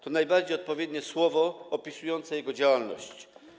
To najbardziej odpowiednie słowo opisujące jego działalność.